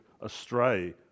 astray